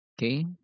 Okay